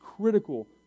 critical